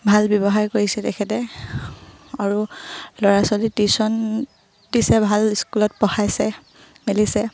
ভাল ব্যৱসায় কৰিছে তেখেতে আৰু ল'ৰা ছোৱালীৰ টিউশ্যন দিছে ভাল স্কুলত পঢ়াইছে মেলিছে